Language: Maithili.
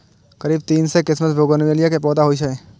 करीब तीन सय किस्मक बोगनवेलिया के पौधा होइ छै